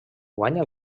guanya